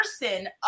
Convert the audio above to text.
person